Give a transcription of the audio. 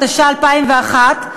התשס"א 2001,